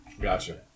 Gotcha